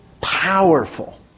powerful